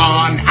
on